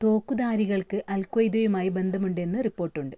തോക്കുധാരികൾക്ക് അൽഖ്വയ്ദയുമായി ബന്ധമുണ്ടെന്ന് റിപ്പോർട്ട് ഉണ്ട്